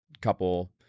couple